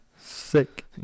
sick